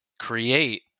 create